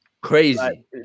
Crazy